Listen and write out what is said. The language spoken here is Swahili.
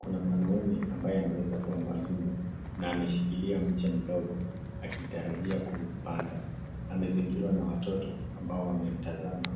Kuna mwanaume ambaye anaweza kuwa mwalimu, na ameshikilia mche mdogo akitarajia kuupanda. Amezingirwa na watoto ambao wamemtazama.